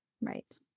Right